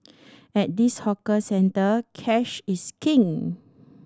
at this hawker centre cash is king